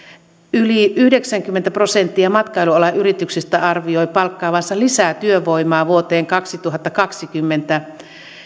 yli yhdeksänkymmentä prosenttia matkailualan yrityksistä arvioi palkkaavansa lisää työvoimaa vuoteen kaksituhattakaksikymmentä mennessä